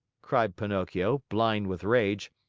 cried pinocchio, blind with rage.